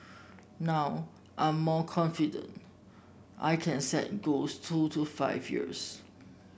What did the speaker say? now I'm more confident I can set goals two to five years